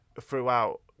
throughout